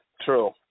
true